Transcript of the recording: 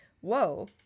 Whoa